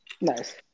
Nice